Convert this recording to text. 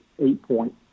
eight-point